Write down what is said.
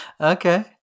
Okay